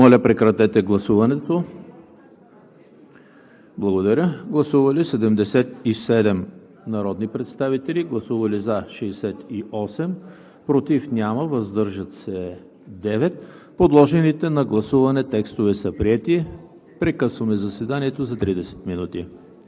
Моля, режим на гласуване. Гласували 77 народни представители: за 68, против няма, въздържали се 9. Подложените на гласуване текстове са приети. Прекъсваме заседанието за 30 минути.